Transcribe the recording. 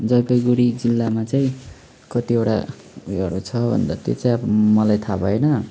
जलपाइगुडी जिल्लामा चाहिँ कतिवटा उयोहरू छ भन्दा त्यो चाहिँ अब मलाई थाहा भएन